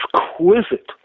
exquisite